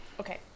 Okay